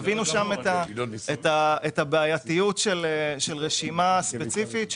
את הבעייתיות של רשימה ספציפית.